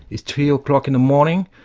it's three o'clock in the morning,